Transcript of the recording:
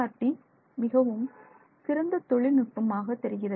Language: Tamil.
டி மிகவும் சிறந்த தொழில்நுட்பமாக தெரிகிறது